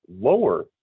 lower